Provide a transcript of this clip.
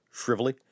shrivelly